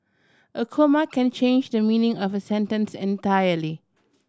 a comma can change the meaning of a sentence entirely